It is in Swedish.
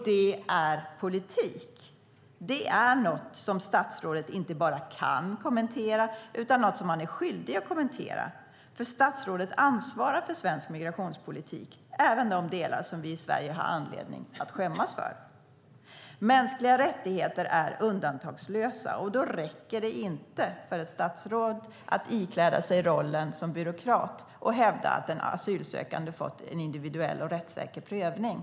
Det är politik, och det är något som statsrådet inte bara kan kommentera utan också är skyldig att kommentera. Statsrådet ansvarar ju för svensk migrationspolitik, även för de delar som vi i Sverige har anledning att skämmas över. När det gäller mänskliga rättigheter är det undantagslöst. Då räcker det inte för ett statsråd att ikläda sig rollen som byråkrat och att hävda att den asylsökande fått en individuell och rättssäker prövning.